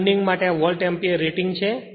આ વિન્ડિંગ માટે આ વોલ્ટ એમ્પીયર રેટિંગ છે